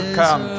come